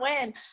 win